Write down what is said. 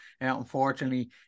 Unfortunately